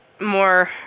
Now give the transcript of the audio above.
more